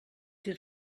dir